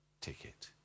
ticket